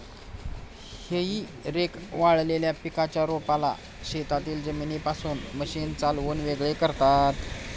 हेई रेक वाळलेल्या पिकाच्या रोपाला शेतातील जमिनीपासून मशीन चालवून वेगळे करतात